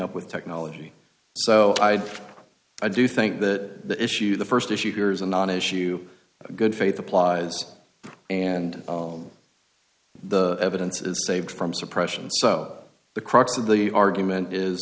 up with technology so i i do think that issue the first issue here is a non issue a good faith applies and the evidence is saved from suppression so the crux of the argument is